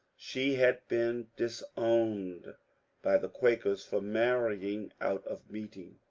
she had been disowned by the quakers for marrying out of meeting,